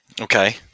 Okay